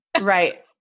right